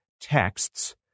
texts